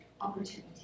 opportunity